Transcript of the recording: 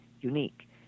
unique